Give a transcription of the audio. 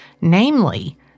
namely